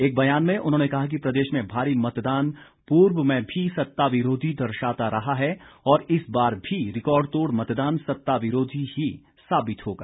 एक ब्यान में उन्होंने कहा कि प्रदेश में भारी मतदान पूर्व में भी सत्ता विरोधी दर्शाता रहा है और इस बार भी रिकॉर्ड तोड़ मतदान सत्ता विरोधी ही साबित होगा